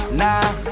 nah